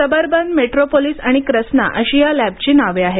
suburban Metropolis आणि क्रस्ना अशी या लॅबची नावे आहेत